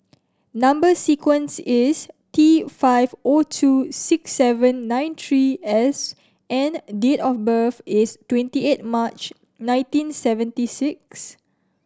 number sequence is T five O two six seven nine three S and date of birth is twenty eight March nineteen seventy six